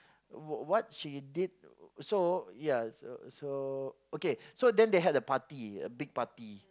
what what she did so ya so so okay so then they had a party a big party